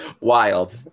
Wild